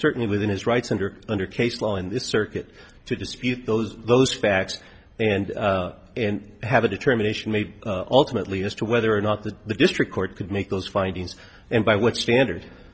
certainly within his rights under under case law in this circuit to dispute those those facts and and have a determination made alternately as to whether or not the the district court could make those findings and by what standard